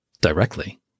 directly